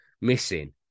missing